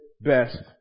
best